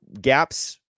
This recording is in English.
gaps